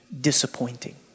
disappointing